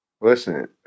listen